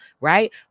right